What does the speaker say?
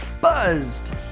buzzed